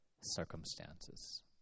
circumstances